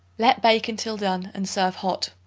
let bake until done and serve hot.